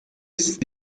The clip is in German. ist